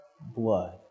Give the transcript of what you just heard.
blood